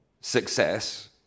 success